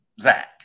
Zach